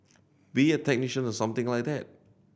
be a technician or something like that